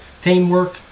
teamwork